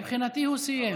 מבחינתי, הוא סיים.